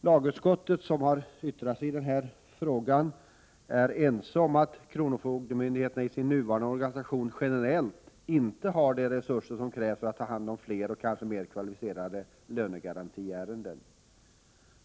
Lagutskottet har yttrat sig över denna fråga och håller med om att kronofogdemyndigheterna i sin nuvarande organisation generellt inte har de resurser som krävs för att ta hand om fler och kanske mer kvalificerade lönegarantiärenden.